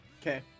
Okay